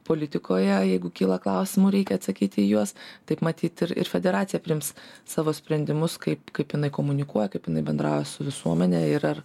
politikoje jeigu kyla klausimų reikia atsakyti į juos taip matyt ir ir federacija priims savo sprendimus kaip kaip jinai komunikuoja kaip jinai bendraus su visuomene ir ar